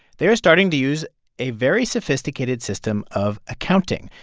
they were starting to use a very sophisticated system of accounting.